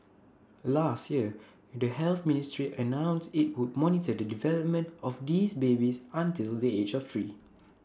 last year the health ministry announced IT would monitor the development of these babies until the age of three